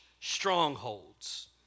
strongholds